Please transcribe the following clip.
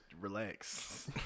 relax